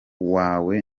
wawe